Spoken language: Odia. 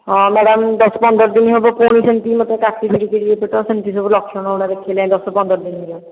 ହଁ ମ୍ୟାଡ଼ାମ ଦଶପନ୍ଦର ଦିନ ହେବ ପୁଣି ସେମିତି ମୋତେ କାଟିଲା ଟିକିଏ ଟିକିଏ ପେଟ ସେମିତି ସବୁ ଲକ୍ଷଣ ଗୁଡ଼ାକ ଦେଖେଇଲାଣି ଦଶପନ୍ଦର ଦିନ ହେଲା